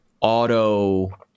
auto